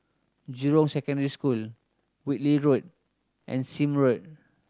Jurong Secondary School Whitley Road and Sime Road